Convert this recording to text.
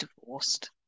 divorced